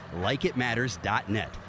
LikeItMatters.net